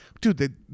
Dude